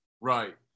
right